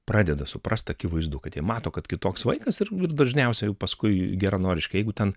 pradeda suprast akivaizdu kad jie mato kad kitoks vaikas ir dažniausiai paskui geranoriškai jeigu ten